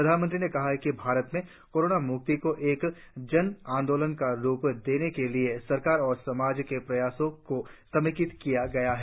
प्रधानमंत्री ने कहा कि भारत में कोरोना म्क्ति को एक जन आंदोलन का रुप देने के लिए सरकार और समाज के प्रयासों को समेकित किया गया है